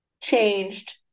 changed